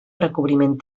recobriment